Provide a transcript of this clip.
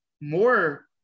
more